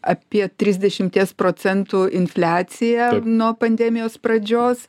apie trisdešimties procentų infliacija nuo pandemijos pradžios